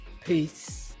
peace